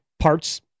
parts